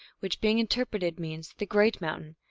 which, being interpreted, means the great mountain,